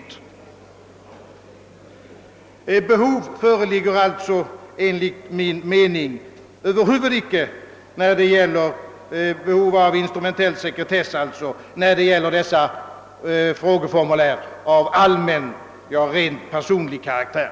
Ett behov av instrumentell sekretess föreligger enligt min mening över huvud taget inte när det gäller dessa frågeformulär av allmän, ja, rent personlig karaktär.